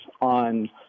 on